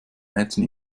mädchen